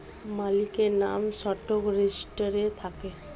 মালিকের নাম স্টক রেজিস্টারে থাকে